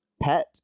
pet